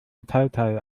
metallteil